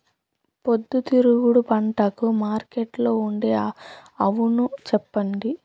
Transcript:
పొద్దుతిరుగుడు పంటకు మార్కెట్లో ఉండే అవును చెప్పండి?